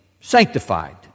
sanctified